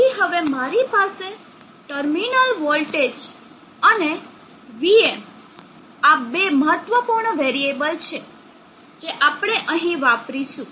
તેથી હવે મારી પાસે terminal voltage અને vm આ બે મહત્વપૂર્ણ વેરીએબલ છે જે આપણે અહીં વાપરીશું